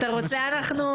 את זכות הדיבור למאיר כץ,